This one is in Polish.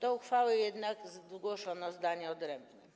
Do uchwały jednak zgłoszono zdanie odrębne.